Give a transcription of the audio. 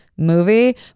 movie